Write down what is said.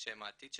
שהם העתיד של